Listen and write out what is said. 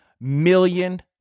million